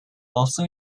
also